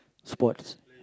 sports